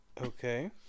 Okay